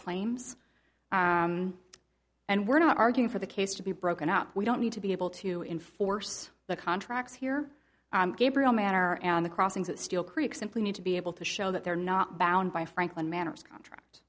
claims and we're not arguing for the case to be broken up we don't need to be able to enforce the contracts here gabriel manner and the crossings that still create simply need to be able to show that they're not bound by franklin manors contract